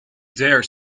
dare